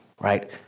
right